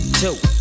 two